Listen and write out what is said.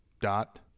dot